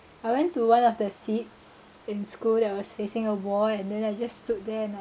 I went to one of the seats in school that was facing a wall and then I just stood there and like